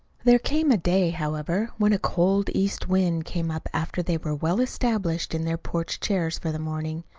there came a day, however, when a cold east wind came up after they were well established in their porch chairs for the morning.